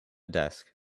desk